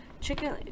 chicken